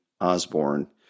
Osborne